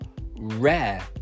rare